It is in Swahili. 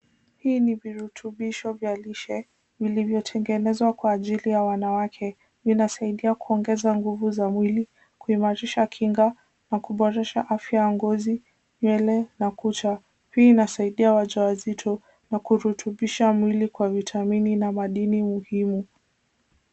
Hii ni virutubisho vya lishe vilivyotengenezwa kwa ajili ya wanawake, linasaidia kuongeza nguvu za mwili, kuimarisha kinga na kuboresha afya ya ngozi, nywele na kucha. Hii inasaidia wajawazito na kurutubisha mwili kwa vitamini na madini muhimu.